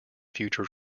future